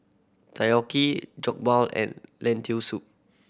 Takoyaki Jokbal and Lentil Soup